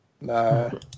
No